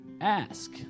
ask